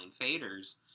faders